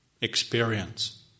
experience